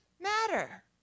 matter